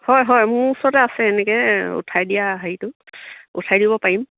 হয় হয় মোৰ ওচৰতে আছে এনেকৈ উঠাই দিয়া হেৰিটো উঠাই দিব পাৰিম